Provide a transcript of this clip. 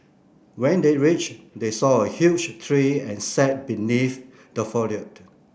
when they reached they saw a huge tree and sat beneath the